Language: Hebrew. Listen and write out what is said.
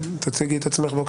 תציגי את עצמך.